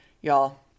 y'all